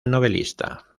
novelista